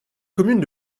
commune